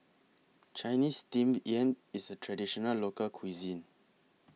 Chinese Steamed Yam IS A Traditional Local Cuisine